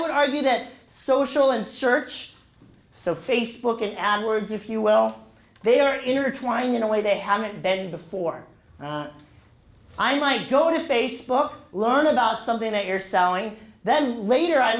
would argue that social and search so facebook ad words if you will they are intertwined in a way they haven't been before i might go to facebook learn about something that you're selling then later i